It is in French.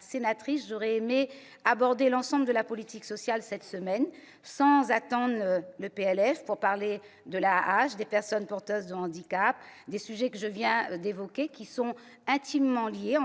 sénatrice, j'aurais aimé aborder l'ensemble de la politique sociale cette semaine, sans attendre le projet de loi de finances, et parler de l'AAH, des personnes porteuses de handicap et des sujets que je viens d'évoquer, qui sont intimement liés.